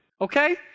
okay